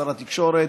שר התקשורת,